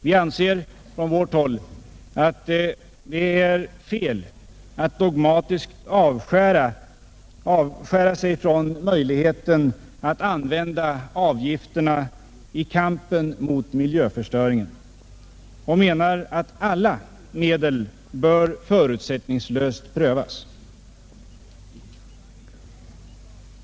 Vi anser från vårt håll att det är fel att dogmatiskt avskärma sig från möjligheten att använda avgifterna i kampen mot miljöförstöringen och menar att alla medel förutsättningslöst bör prövas.